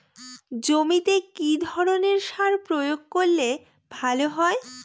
জমিতে কি ধরনের সার প্রয়োগ করলে ভালো হয়?